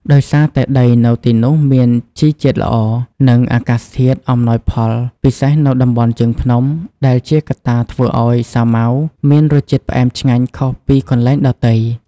ដោយសារតែដីនៅទីនោះមានជីជាតិល្អ និងអាកាសធាតុអំណោយផល ពិសេសនៅតំបន់ជើងភ្នំ ដែលជាកត្តាធ្វើឲ្យសាវម៉ាវមានរសជាតិផ្អែមឆ្ងាញ់ខុសពីកន្លែងដទៃ។